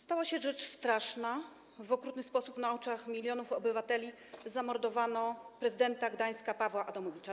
Stała się rzecz straszna, w okrutny sposób na oczach milionów obywateli zamordowano prezydenta Gdańska Pawła Adamowicza.